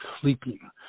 sleeping